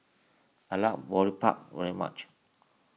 I like Boribap very much